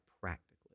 practically